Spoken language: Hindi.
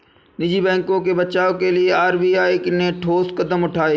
निजी बैंकों के बचाव के लिए आर.बी.आई ने ठोस कदम उठाए